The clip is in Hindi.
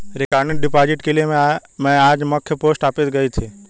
रिकरिंग डिपॉजिट के लिए में आज मख्य पोस्ट ऑफिस गयी थी